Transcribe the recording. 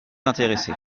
intéressés